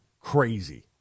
crazy